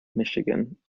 michigan